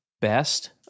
best